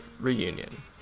reunion